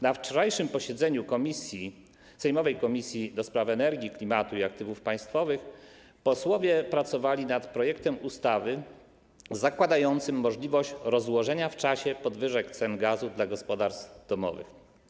Na wczorajszym posiedzeniu sejmowej Komisji do Spraw Energii, Klimatu i Aktywów Państwowych posłowie pracowali nad projektem ustawy zakładającym możliwość rozłożenia w czasie podwyżek cen gazu dla gospodarstw domowych.